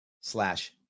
slash